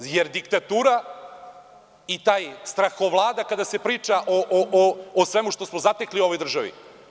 Da li je diktatura i ta strahovlada kada se priča o svemu što smo zatekli u ovoj državi?